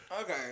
okay